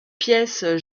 pièces